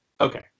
Okay